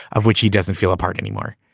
of which he doesn't feel a part anymore.